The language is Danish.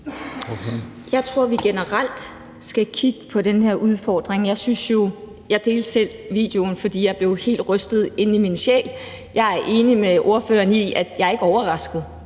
Jeg tror, at vi generelt skal kigge på den her udfordring. Jeg delte selv videoen, fordi jeg blev rystet helt ind i sjælen. Jeg er ligesom Samira Nawa heller ikke overrasket.